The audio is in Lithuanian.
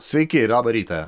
sveiki ir labą rytą